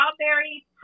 Strawberry